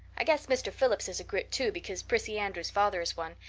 i guess mr. phillips is a grit too because prissy andrews's father is one,